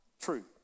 true